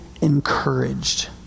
encouraged